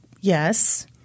Yes